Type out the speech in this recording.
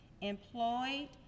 employed